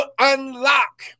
unlock